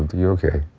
you're okay,